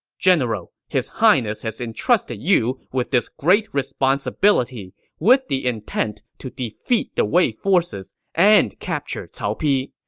general, his highness has entrusted you with this great responsibility with the intent to defeat the wei forces and capture cao pi.